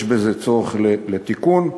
יש צורך בתיקון.